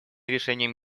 решением